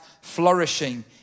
flourishing